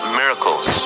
miracles